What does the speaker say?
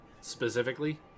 specifically